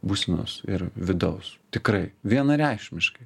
būsenos ir vidaus tikrai vienareikšmiškai